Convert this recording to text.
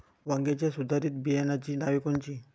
वांग्याच्या सुधारित बियाणांची नावे कोनची?